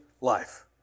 life